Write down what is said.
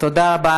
תודה רבה.